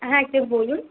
হ্যাঁ কে বলুন